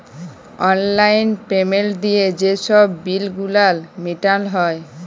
অললাইল পেমেল্ট দিঁয়ে যে ছব বিল গুলান মিটাল হ্যয়